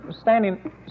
standing